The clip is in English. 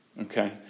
Okay